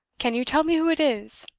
can you tell me who it is?